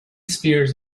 spears